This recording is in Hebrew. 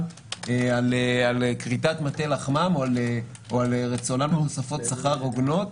על כריתת מטה לחמם או על רצונם בתוספות שכר הוגנות,